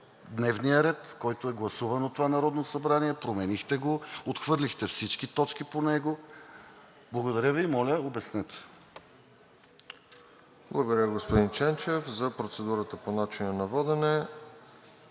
дневния ред, който е гласуван от това Народно събрание – променихте го, отхвърлихте всички точки по него. Благодаря Ви. Моля, обяснете. ПРЕДСЕДАТЕЛ РОСЕН ЖЕЛЯЗКОВ: Благодаря, господин Ченчев. За процедурата по начина на водене.